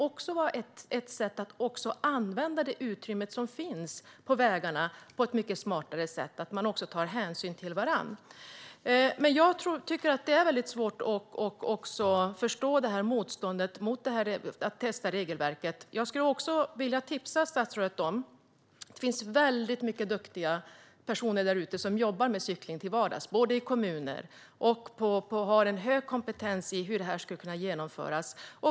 Detta kan vara ett sätt att använda det utrymme som finns på vägarna mycket smartare och att ta hänsyn till varandra. Jag tycker att det är svårt att förstå motståndet mot att testa regelverket. Jag skulle vilja tipsa statsrådet om att det finns många duktiga personer där ute som jobbar med cykling till vardags både i kommuner och på andra ställen. De har hög kompetens när det gäller hur det här skulle kunna genomföras.